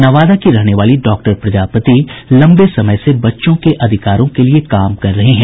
नवादा की रहने वाली डॉक्टर प्रजापति लंबे समय से बच्चों के अधिकारों के लिए काम कर रही हैं